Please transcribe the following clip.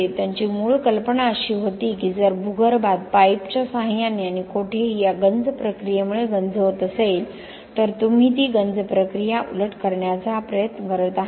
त्यांची मूळ कल्पना अशी होती की जर भूगर्भात पाईप्सच्या साह्याने आणि कोठेही या गंज प्रक्रियेमुळे गंज होत असेल तर तुम्ही ती गंज प्रक्रिया उलट करण्याचा प्रयत्न करत आहात